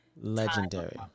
Legendary